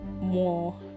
more